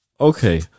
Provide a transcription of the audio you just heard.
Okay